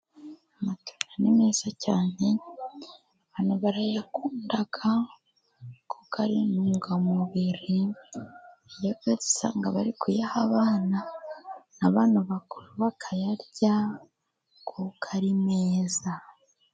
Amatunda ni meza cyane, abantu barayakunda kuko ari intungamubiri, ndetse usanga bari kuyaha abana, n'abantu bakuru bakayarya, kuko ari meza.